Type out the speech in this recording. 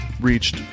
reached